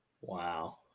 Wow